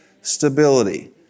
Stability